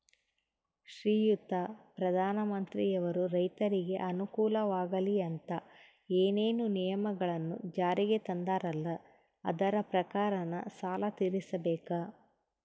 ಶ್ರೀಯುತ ಪ್ರಧಾನಮಂತ್ರಿಯವರು ರೈತರಿಗೆ ಅನುಕೂಲವಾಗಲಿ ಅಂತ ಏನೇನು ನಿಯಮಗಳನ್ನು ಜಾರಿಗೆ ತಂದಾರಲ್ಲ ಅದರ ಪ್ರಕಾರನ ಸಾಲ ತೀರಿಸಬೇಕಾ?